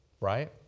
Right